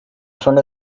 front